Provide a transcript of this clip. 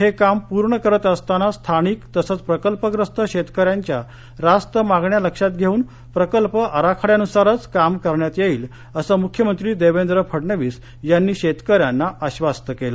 हे काम पूर्ण करत असताना स्थानिक तसेच प्रकल्पग्रस्त शेतकन्यांच्या रास्त मागण्या लक्षात घेऊन प्रकल्प आराखड्यानुसारच काम करण्यात येईल असं मुख्यमंत्री देवेंद्र फडणवीस यांनी शेतकऱ्यांना आब्रस्त केलं